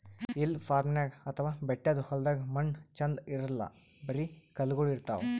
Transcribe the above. hill farming ಅಥವಾ ಬೆಟ್ಟದ್ ಹೊಲ್ದಾಗ ಮಣ್ಣ್ ಛಂದ್ ಇರಲ್ಲ್ ಬರಿ ಕಲ್ಲಗೋಳ್ ಇರ್ತವ್